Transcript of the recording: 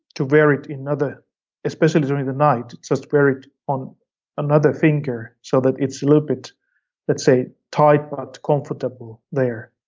to wear it in another especially during the night, just wear it on another finger, so that it's a little bit let's say tight, but comfortable there.